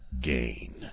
gain